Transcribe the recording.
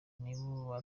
nibo